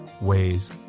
ways